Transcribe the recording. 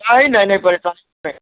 नहीं नहीं नहीं परेशानी नहीं